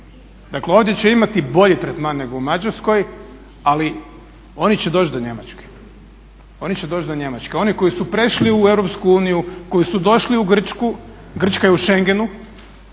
Dakle, ovdje će imati bolji tretman nego u Mađarskoj. Ali, oni će doći do Njemačke. Oni koji su prešli u EU, koji su došli u Grčku, Grčka je u Schengenu,